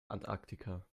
antarktika